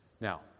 Now